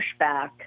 pushback